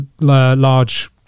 large